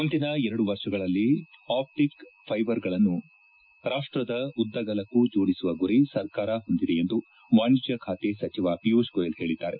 ಮುಂದಿನ ಎರಡು ವರ್ಷಗಳಲ್ಲಿ ಆಪ್ಟಿಕ್ ಫೈಬರ್ಗಳನ್ನು ರಾಷ್ಟದ ಉದ್ದಗಲಕ್ಕೂ ಜೋಡಿಸುವ ಗುರಿ ಸರ್ಕಾರ ಹೊಂದಿದೆ ಎಂದು ವಾಣಿಜ್ಯ ಖಾತೆ ಸಚಿವ ಪಿಯೂಷ್ ಗೋಯಲ್ ಹೇಳಿದ್ದಾರೆ